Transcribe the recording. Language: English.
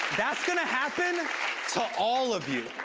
that's gonna happen to all of you.